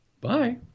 Bye